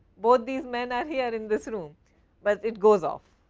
both these men are here in this room but, it goes off.